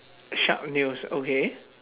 sharp nails okay